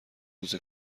روز